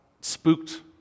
spooked